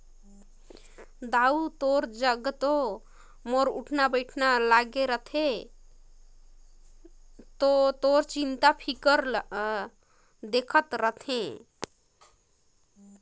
दाऊ तोर जघा तो मोर उठना बइठना लागे रथे त तोर चिंता फिकर ल देखत रथें